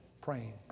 praying